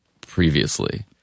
previously